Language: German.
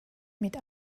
mit